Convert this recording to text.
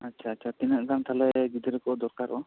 ᱟᱪᱪᱷᱟ ᱟᱪᱪᱷᱟ ᱛᱤᱱᱟᱹᱜ ᱜᱟᱱ ᱛᱟᱦᱚᱞᱮ ᱜᱤᱫᱽᱨᱟᱹ ᱠᱚ ᱫᱚᱨᱠᱟᱨᱚᱜᱼᱟ